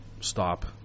stop